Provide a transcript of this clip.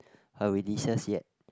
her releases yet